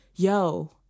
Yo